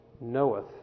knoweth